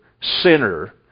sinner